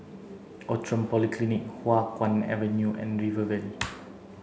Outram Polyclinic Hua Guan Avenue and River Valley